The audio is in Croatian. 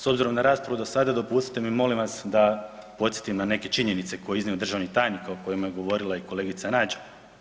S obzirom na raspravu do sada dopustite mi molim vas da podsjetim na neke činjenice koje je iznio državni tajnik, o kojima je govorila i kolegica Nađ.